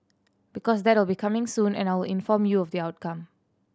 because that will be coming soon and I will inform you of the outcome